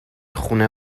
خونه